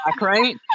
right